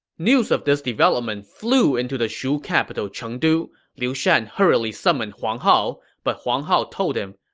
news of this development flew into the shu capital chengdu. liu shan hurriedly summoned huang hao, but huang hao told him,